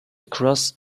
across